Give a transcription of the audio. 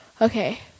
okay